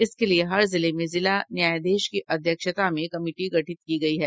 इसके लिये हर जिले में जिला न्यायाधीश की अध्यक्षता में कमिटी गठित की गयी है